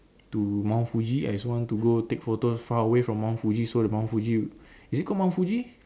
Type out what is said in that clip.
to mount Fuji I also want to go take photos far away from mount Fuji so the mount Fuji is it called mount Fuji